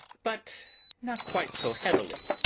but not quite so heavily.